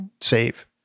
save